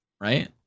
right